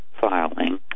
filing